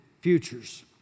futures